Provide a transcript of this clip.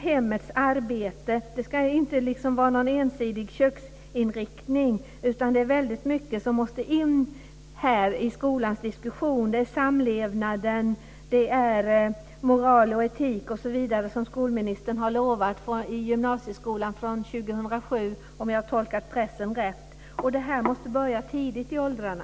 Hemmets arbete ska inte ha ensidig köksinriktning, utan det är väldigt mycket som här måste in i skolans diskussion - samlevnad, moral, etik osv. Detta har skolministern utlovat i gymnasieskolan från 2007, om jag har tolkat pressen rätt. Det här måste börja tidigt i åldrarna.